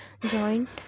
joint